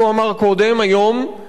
שאסור לתת להם לעבוד.